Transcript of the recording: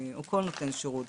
או כל נותן שירות,